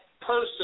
person